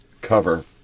cover